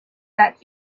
that